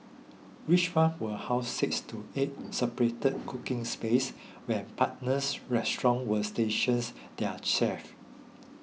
each one will house six to eight separate cooking spaces where partners restaurants will stations their chefs